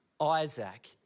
Isaac